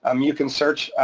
um you can search.